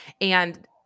And-